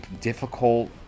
difficult